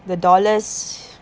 the dollars